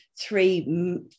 three